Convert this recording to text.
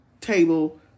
table